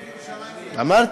אמרתי.